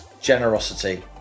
generosity